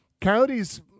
coyotes